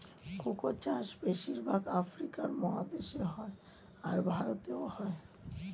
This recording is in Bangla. কোকো চাষ বেশির ভাগ আফ্রিকা মহাদেশে হয়, আর ভারতেও হয়